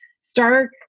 stark